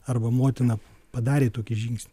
arba motina padarė tokį žingsnį